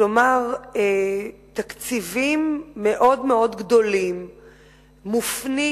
כלומר תקציבים מאוד מאוד גדולים מופנים